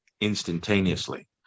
instantaneously